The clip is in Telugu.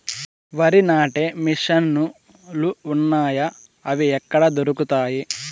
వరి నాటే మిషన్ ను లు వున్నాయా? అవి ఎక్కడ దొరుకుతాయి?